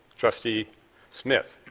trustee smith,